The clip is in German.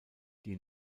die